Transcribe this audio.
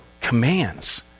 commands